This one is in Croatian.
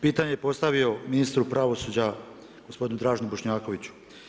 Pitanje bi postavio ministru pravosuđa, gospodinu Draženu Bošnjakvoiću.